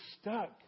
stuck